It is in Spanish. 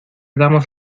damos